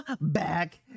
back